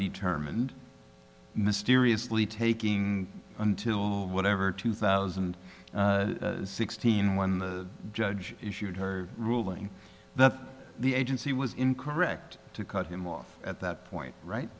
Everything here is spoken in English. determined mysteriously taking whatever two thousand and sixteen when the judge issued her ruling that the agency was incorrect to cut him off at that point right